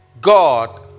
God